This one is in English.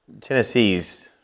Tennessee's